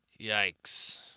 Yikes